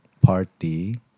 party